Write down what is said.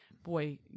Boy